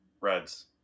Reds